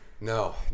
No